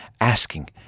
asking